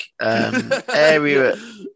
area